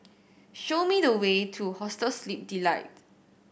show me the way to Hostel Sleep Delight